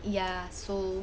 ya so